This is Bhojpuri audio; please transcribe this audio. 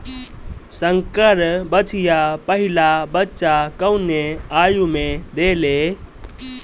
संकर बछिया पहिला बच्चा कवने आयु में देले?